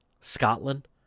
scotland